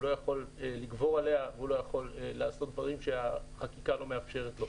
הוא לא יכול לגבור עליה והוא לא יכול לעשות דברים שהחקיקה לא מאפשרת לו.